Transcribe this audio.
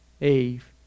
Eve